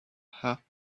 hair